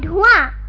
la